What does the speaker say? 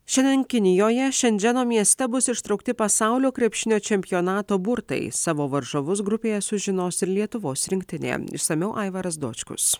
šiandien kinijoje šendženo mieste bus ištraukti pasaulio krepšinio čempionato burtai savo varžovus grupėje sužinos ir lietuvos rinktinė išsamiau aivaras dočkus